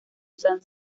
san